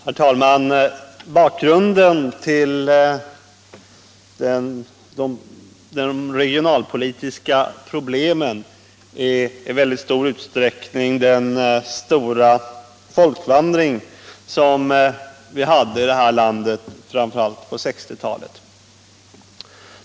Herr talman! Bakgrunden till de regionalpolitiska problemen är i mycket hög grad den stora folkvandring som vi hade i det här landet framför allt på 1960-talet.